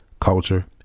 culture